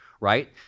right